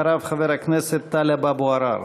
אחריו, חבר הכנסת טלב אבו עראר.